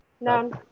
None